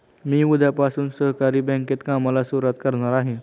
मी उद्यापासून सहकारी बँकेत कामाला सुरुवात करणार आहे